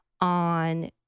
on